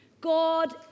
God